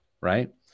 right